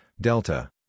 Delta